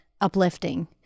uplifting